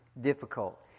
difficult